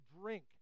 drink